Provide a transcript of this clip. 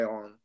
on